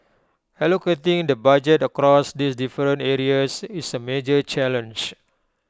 allocating the budget across these different areas is A major challenge